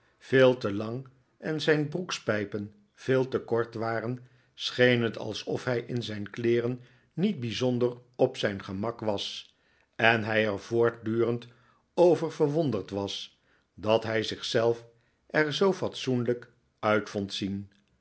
veel te lang en zijn broekspijpen veel te kort waren scheen het alsof hij in zijn kleeren niet bijzonder op zijn gemak was en hij er voortdurend over verwonderd was dat hij zich zelf er zoo fatsoenlijk uit vond zien